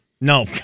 No